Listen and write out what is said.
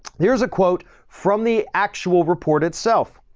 here's a quote from the actual report itself.